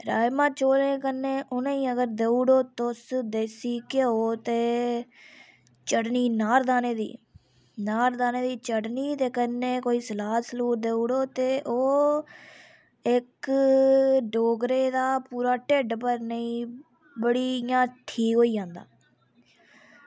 ते राजमां चोलें कन्नै उनें गी अगर देई ओड़ो तुस देसी घिओ ते चटनी अनारदाने दी अनारदाने दी चटनी ते कन्नै कोई सलाद सलूद देई ओड़ो ते ओह् इक डोगरे दा पूरा टिड्ढ भरने ई बड़ी इं'या ठीक होई जंदा